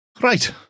Right